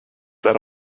that